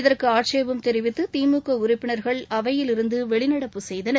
இதற்கு ஆட்சேபம் தெரிவித்து திமுக உறுப்பினர்கள் அவையிலிருந்து வெளிநடப்பு செய்தனர்